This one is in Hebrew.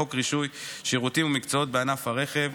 חוק רישוי שירותים ומקצועות בענף הרכב.